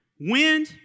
Wind